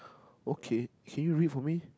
okay can you read for me